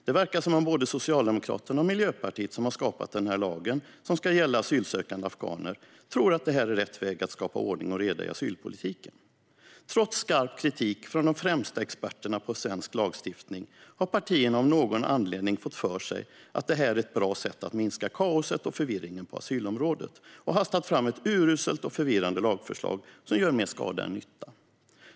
Det verkar som om både Socialdemokraterna och Miljöpartiet, som har skapat den här lagen som ska gälla asylsökande afghaner, tror att det här är rätt väg att skapa ordning och reda i asylpolitiken. Trots skarp kritik från de främsta experterna på svensk lagstiftning har partierna av någon anledning fått för sig att det här är ett bra sätt att minska kaoset och förvirringen på asylområdet och hastat fram ett uruselt och förvirrande lagförslag som gör mer skada än nytta.